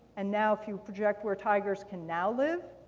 and now if you project where tigers can now live,